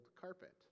carpet